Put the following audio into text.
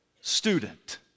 student